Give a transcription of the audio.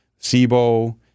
SIBO